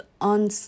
on